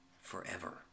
forever